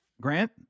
Grant